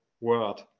word